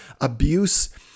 abuse